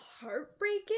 heartbreaking